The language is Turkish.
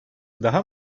daha